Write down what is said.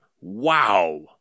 wow